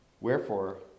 Wherefore